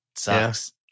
Sucks